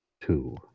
two